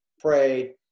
pray